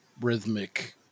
rhythmic